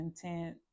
content